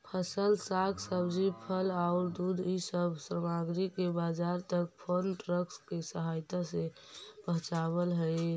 फसल, साग सब्जी, फल औउर दूध इ सब सामग्रि के बाजार तक फार्म ट्रक के सहायता से पचावल हई